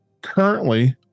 Currently